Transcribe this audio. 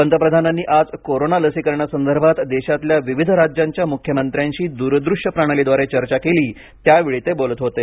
पंतप्रधानांनी आज कोरोना लसीकरणासंदर्भात देशातल्या विविध राज्यांच्या मुख्यमंत्र्यांशी दुरदृष्यप्रणालीद्वारे चर्चा केली त्यावेळी ते बोलत होते